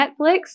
Netflix